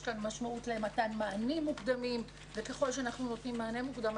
יש כאן משמעות למתן מענים מוקדמים וככל שאנחנו נותנים מענה מוקדם,